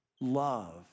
love